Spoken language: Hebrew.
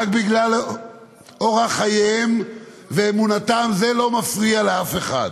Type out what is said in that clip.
רק בגלל אורח חייהם ואמונתם, זה לא מפריע לאף אחד.